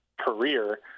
career